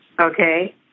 Okay